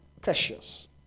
precious